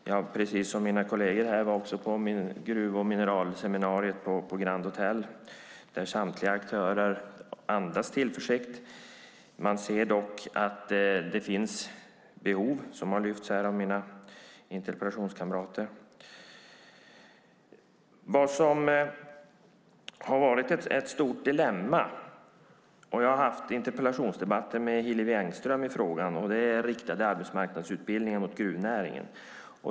Jag var, precis som mina kolleger här, på gruv och mineralseminariet på Grand Hôtel där samtliga aktörer andades tillförsikt. Man ser dock att det finns behov, som har lyfts fram av mina interpellationskamrater. Vad som har varit ett stort dilemma - jag har haft interpellationsdebatter med Hillevi Engström i frågan - är riktade arbetsmarknadsutbildningar mot gruvnäringen.